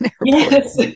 Yes